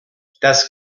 das